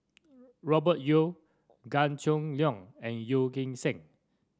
Robert Yeo Gan Choo Neo and Yeo Kim Seng